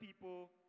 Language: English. people